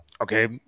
Okay